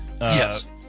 Yes